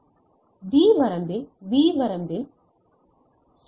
எனவே D வரம்பில் B வரம்பில் சி